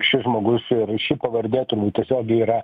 šis žmogus ir ši pavardė turbūt tiesiogiai yra